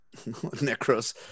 necros